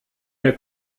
der